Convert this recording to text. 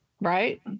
right